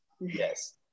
yes